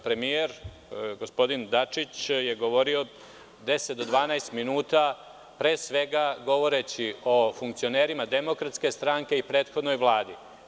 Premijer, gospodin Dačić, je govorio 10-12 minuta, pre svega, govoreći o funkcionerima DS i prethodnoj Vladi.